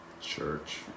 Church